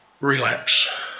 relapse